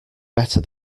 better